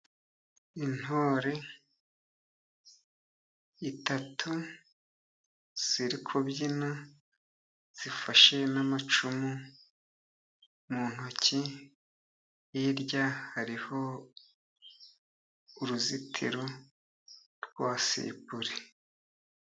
Intore eshatu ziri kubyina, zifashe n'amacumu mu ntoki hirya hariho uruzitiro rwa sipure.